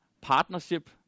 partnership